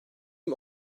bin